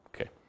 Okay